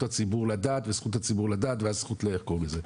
הציבור לדעת וזכות הציבור לדעת והזכות ל --- את זה.